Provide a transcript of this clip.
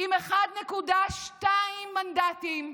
עם 1.2 מנדטים,